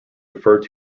referred